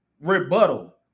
rebuttal